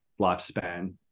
lifespan